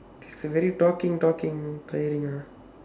this ah very talking talking mm tiring ah